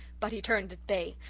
but he turned at bay.